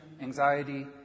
anxiety